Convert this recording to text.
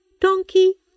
donkey